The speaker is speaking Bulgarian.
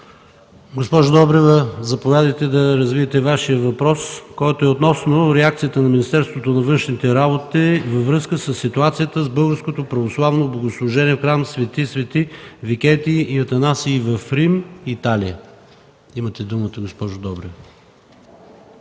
Госпожо Добрева, заповядайте да развиете Вашия въпрос относно реакцията на Министерството на външните работи във връзка със ситуацията с българското православно богослужение в храм „Св.св. Викентий и Анастасий” в Рим, Италия. Имате думата, госпожо Добрева.